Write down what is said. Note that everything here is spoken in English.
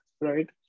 right